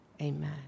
Amen